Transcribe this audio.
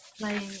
playing